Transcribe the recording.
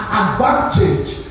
advantage